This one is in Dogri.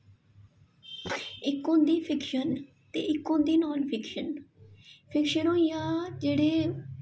इक होंदी फिक्शन ते इक होंदा नान फिक्शन फिक्शन होई गेआ जेह्ड़ी